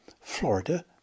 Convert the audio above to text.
Florida